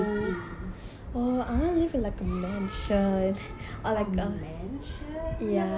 a mansion !whoa! you have to make a lot of money for that